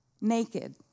naked